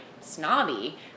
snobby